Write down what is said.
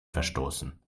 verstoßen